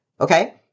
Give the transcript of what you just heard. Okay